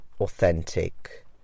authentic